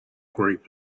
great